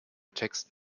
text